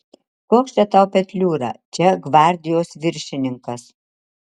koks čia tau petliūra čia gvardijos viršininkas